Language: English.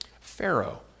Pharaoh